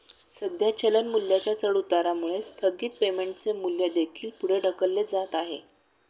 सध्या चलन मूल्याच्या चढउतारामुळे स्थगित पेमेंटचे मूल्य देखील पुढे ढकलले जात आहे